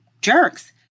jerks